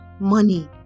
money